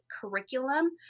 curriculum